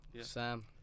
Sam